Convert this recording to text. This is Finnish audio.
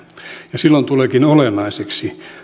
ja silloin tuleekin olennaiseksi